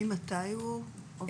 ממתי הוא התחיל?